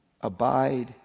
Abide